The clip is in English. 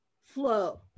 flow